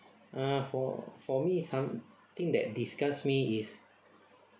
ah for for me something that disgusts me is